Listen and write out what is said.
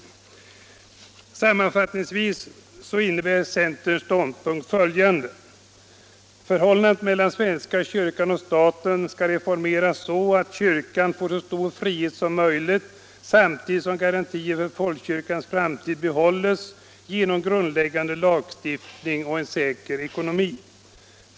Sammanfattningsvis innebär centerns ståndpunkt följande: Förhållandet mellan svenska kyrkan och staten skall reformeras så att kyrkan får så stor frihet som möjligt, samtidigt som garantier för folkkyrkans framtid behålls genom grundläggande lagstiftning och en säker ekonomi.